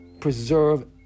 preserve